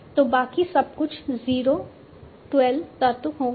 तो बाकी सब कुछ 0 12 तत्व होंगे